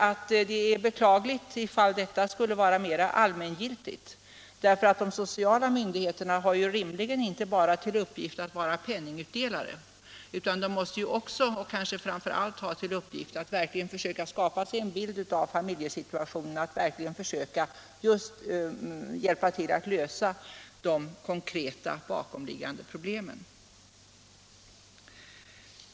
Det är beklagligt om detta skulle vara allmängiltigt, därför att de sociala myndigheterna har rimligen inte bara till uppgift att vara penningutdelare utan måste också, och kanske framför allt, ha till uppgift att verkligen försöka skapa sig en bild av familjesituationen och hjälpa till att lösa de konkreta bakomliggande problemen.